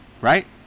right